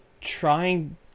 trying